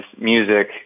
music